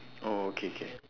oh K K